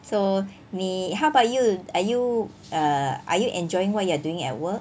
so 你 how about you are you err are you enjoying what you are doing at work